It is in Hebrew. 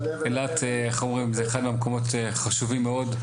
אילת איך אומרים זה אחד מהמקומות החשובים מאוד,